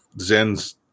Zen's